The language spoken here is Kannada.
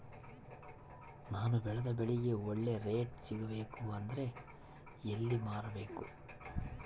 ನಾನು ಬೆಳೆದ ಬೆಳೆಗೆ ಒಳ್ಳೆ ರೇಟ್ ಸಿಗಬೇಕು ಅಂದ್ರೆ ಎಲ್ಲಿ ಮಾರಬೇಕು?